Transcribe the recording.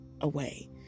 away